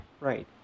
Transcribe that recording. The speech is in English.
right